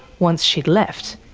once she'd left,